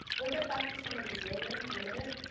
we'll get back to some of these later in a minute.